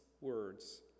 words